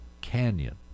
canyon